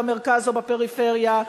במרכז או בפריפריה,